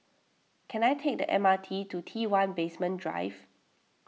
can I take the M R T to T one Basement Drive